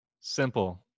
Simple